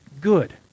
good